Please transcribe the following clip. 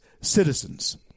citizens